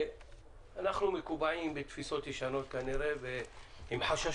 אנחנו מקובעים בתפיסות ישנות עם חששות,